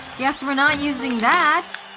guess we're not using that.